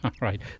right